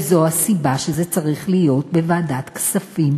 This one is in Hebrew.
וזו הסיבה שזה צריך להיות בוועדת הכספים,